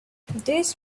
this